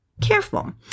careful